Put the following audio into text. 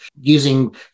using